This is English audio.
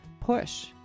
push